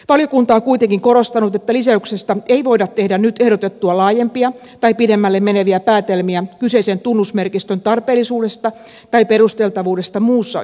valiokunta on kuitenkin korostanut että lisäyksestä ei voida tehdä nyt ehdotettua laajempia tai pidemmälle meneviä päätelmiä kyseisen tunnusmerkistön tarpeellisuudesta tai perusteltavuudesta muussa yhteydessä